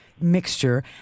mixture